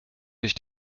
dich